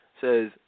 says